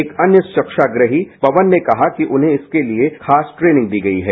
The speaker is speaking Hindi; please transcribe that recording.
एक अन्य स्वच्छाग्रही पवन ने कहा कि उन्हें इसके लिए खास ट्रेनिंग दी गई है